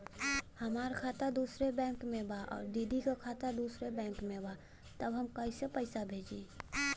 हमार खाता दूसरे बैंक में बा अउर दीदी का खाता दूसरे बैंक में बा तब हम कैसे पैसा भेजी?